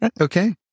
Okay